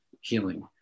healing